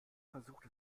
versucht